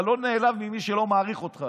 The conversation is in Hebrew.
אתה לא נעלב ממי שלא מעריך אותך.